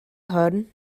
hwn